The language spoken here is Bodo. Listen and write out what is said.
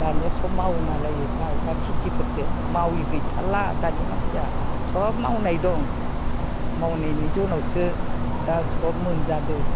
दानिया सब मावो नालाय एफा एफा खेथिफोरखौ मावै गैथारला दानि मानसिया सब मावनाय दं मावनायनि जुनावसो दा सब मोनजादों